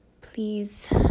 please